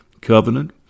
covenant